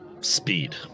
Speed